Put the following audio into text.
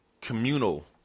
communal